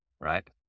right